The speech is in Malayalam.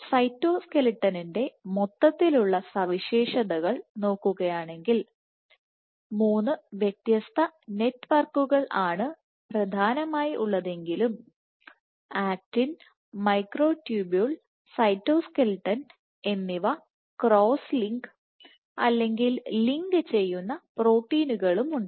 സൈറ്റോസ്ക്ലെട്ടന്റെ മൊത്തത്തിലുള്ള സവിശേഷതകൾ നോക്കുകയാണെങ്കിൽ 3 വ്യത്യസ്ത നെറ്റ്വർക്കുകൾ ആണ് പ്രധാനമായി ഉള്ളതെങ്കിലും ആക്റ്റിൻ മൈക്രോട്യൂബുൾ സൈറ്റോസ്ക്ലെട്ടൺ എന്നിവ ക്രോസ് ലിങ്ക് അല്ലെങ്കിൽ ലിങ്ക് ചെയ്യുന്ന പ്രോട്ടീനുകളുണ്ട്